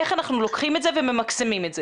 איך אנחנו לוקחים את זה וממקסמים את זה?